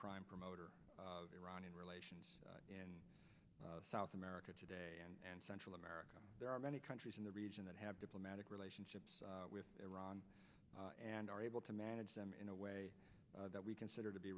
prime promoter of iranian relations in south america today and central america there are many countries in the region that have diplomatic relationships with iran and are able to manage them in a way that we consider to be